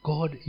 God